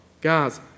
guys